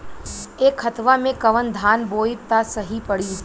ए खेतवा मे कवन धान बोइब त सही पड़ी?